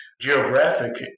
geographic